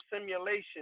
simulation